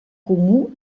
comú